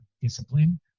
discipline